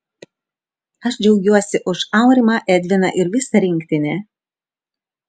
aš džiaugiuosi už aurimą edviną ir visą rinktinę